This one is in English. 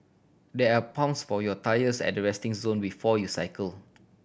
there are pumps for your tyres at the resting zone before you cycle